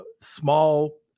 small